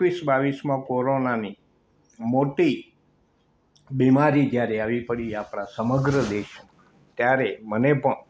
એકવીસ બાવીસમાં કોરોનાની મોટી બીમારી જ્યારે આવી પડી આપણા સમગ્ર દેશમાં ત્યારે મને પણ